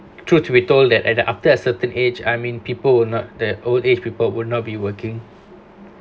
true to be told that and after a certain age I mean people would not the old age people would not be working